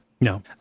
No